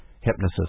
hypnosis